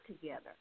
together